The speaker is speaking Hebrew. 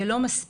זה לא מספיק.